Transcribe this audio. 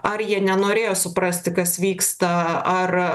ar jie nenorėjo suprasti kas vyksta ar